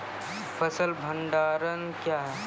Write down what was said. फसल भंडारण क्या हैं?